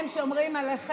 הם שומרים עלינו.